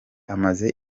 amaze